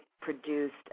produced